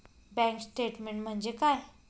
Bank statement म्हणजे काय?